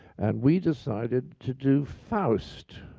and we decided to do faust.